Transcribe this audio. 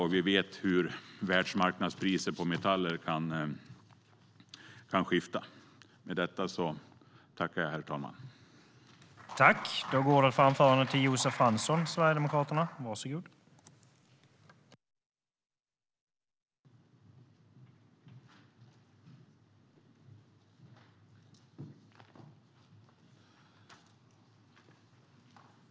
Och vi vet hur världsmarknadspriser på metaller kan skifta.I detta anförande instämde Jörgen Warborn .